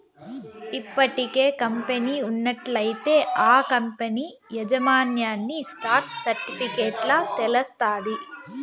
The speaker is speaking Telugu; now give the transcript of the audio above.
ఇప్పటికే కంపెనీ ఉన్నట్లయితే ఆ కంపనీ యాజమాన్యన్ని స్టాక్ సర్టిఫికెట్ల తెలస్తాది